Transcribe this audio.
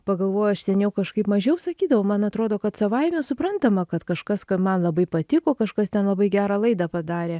pagalvoju aš seniau kažkaip mažiau sakydavau man atrodo kad savaime suprantama kad kažkas ką man labai patiko kažkas ten labai gerą laidą padarė